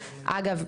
אגב,